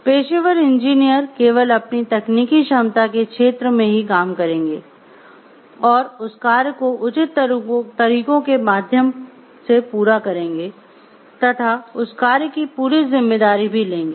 पेशेवर इंजीनियर केवल अपनी तकनीकी क्षमता के क्षेत्र के ही काम करेंगे और उस कार्य को उचित तरीकों के माध्यम पूरा करेंगे तथा उस कार्य की पूरी जिम्मेदारी भी लेंगे